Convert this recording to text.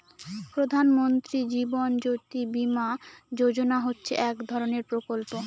প্রধান মন্ত্রী জীবন জ্যোতি বীমা যোজনা হচ্ছে এক ধরনের প্রকল্প